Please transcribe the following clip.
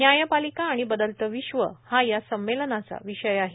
न्यायपालिका आणि बदलतं विश्व हा या संमेलनाचा विषय आहे